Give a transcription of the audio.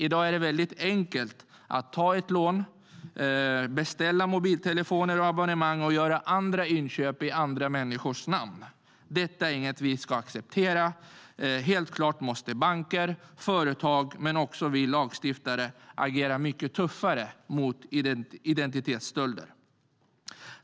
I dag är det väldigt enkelt att ta ett lån, beställa mobiltelefoner med abonnemang och göra inköp i någon annans namn. Detta är inget som vi ska acceptera. Helt klart måste banker och företag, men också vi lagstiftare, agera mycket tuffare mot identitetsstölder.